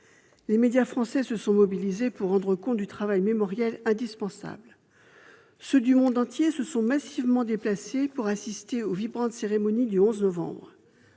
Les médias français se sont mobilisés pour rendre compte de l'indispensable travail mémoriel. Ceux du monde entier se sont massivement déplacés pour assister aux vibrantes cérémonies du 11 novembre